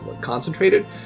concentrated